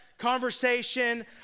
conversation